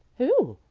who?